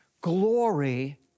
glory